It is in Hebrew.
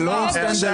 זה לא עומד לבד.